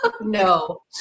No